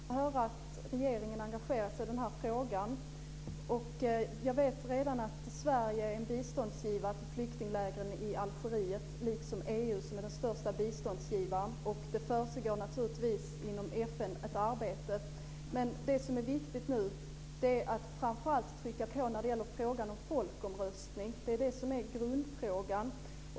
Herr talman! Det är glädjande att höra att regeringen engagerar sig i frågan. Jag vet redan att Sverige är en biståndsgivare vad gäller flyktinglägren i Algeriet - liksom EU, som är den största biståndsgivaren. Naturligtvis försiggår inom FN ett arbete. Det som nu är viktigt är framför allt att trycka på i frågan om folkomröstning. Det är grundfrågan.